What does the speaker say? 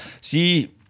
See